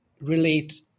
relate